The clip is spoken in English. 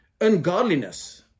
ungodliness